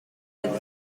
with